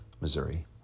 Missouri